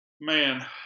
Man